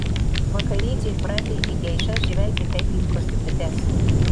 vakariečiai pratę į geišas žvelgti kaip į prostitutes